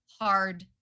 hard